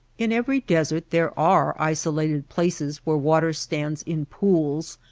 in every desert there are isolated places where water stands in pools,